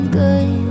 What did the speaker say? good